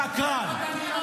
שקרן, שקרן.